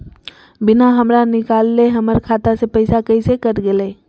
बिना हमरा निकालले, हमर खाता से पैसा कैसे कट गेलई?